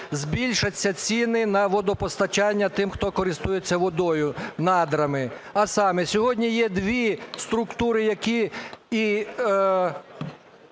збільшаться ціни на водопостачання тим, хто користується водою, надрами. А саме сьогодні є дві структури, які і...